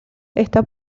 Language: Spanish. esta